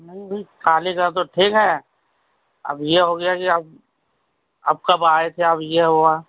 نہیں بھائی خالی کر دو ٹھیک ہے اب یہ ہو گیا کہ اب آپ کب آئے تھے اب یہ ہوا